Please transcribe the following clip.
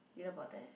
you know about that